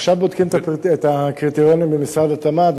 עכשיו בודקים את הקריטריונים במשרד התמ"ת,